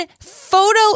photo